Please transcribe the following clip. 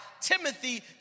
Timothy